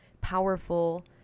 powerful